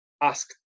ask